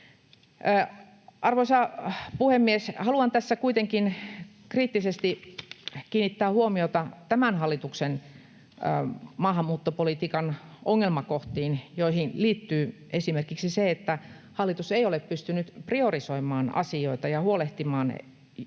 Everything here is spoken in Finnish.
Arvoisa puhemies! Haluan kuitenkin kriittisesti kiinnittää huomiota tämän hallituksen maahanmuuttopolitiikan ongelmakohtiin, joihin liittyy esimerkiksi se, että hallitus ei ole pystynyt priorisoimaan asioita ja huolehtimaan työ‑